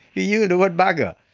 he used the word bugger.